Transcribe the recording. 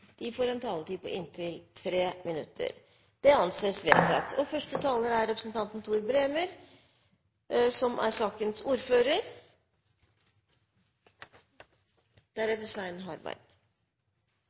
får en taletid på inntil 3 minutter. – Det anses vedtatt. Norsk økonomi går godt. Vi er